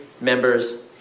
members